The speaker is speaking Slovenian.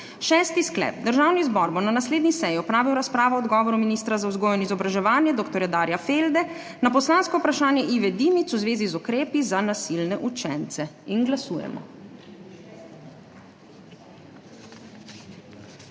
Šesti sklep: Državni zbor bo na naslednji seji opravil razpravo o odgovoru ministra za vzgojo in izobraževanje dr. Darja Felde na poslansko vprašanje Ive Dimic v zvezi z ukrepi za nasilne učence. Glasujemo.